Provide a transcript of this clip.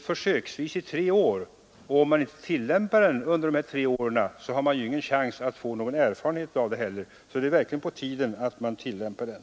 försöksvis i tre år. Om den inte tillämpas under dessa tre år, har man ingen chans att få någon erfarenhet av den. Det är verkligen på tiden att man tillämpar den.